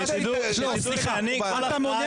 יישר כוח לכל מי